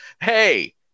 Hey